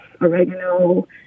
oregano